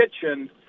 kitchen